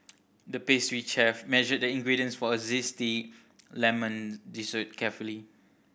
the pastry chef measured the ingredients for a zesty lemon dessert carefully